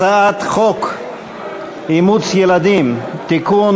הצעת חוק אימוץ ילדים (תיקון,